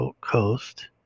coast